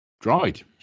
Dried